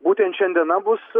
būtent šiandiena bus